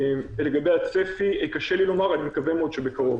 לגבי הצפי, קשה לי לומר, אני מקווה מאוד שבקרוב.